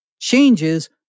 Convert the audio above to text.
changes